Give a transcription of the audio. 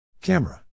Camera